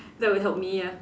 that would help me ya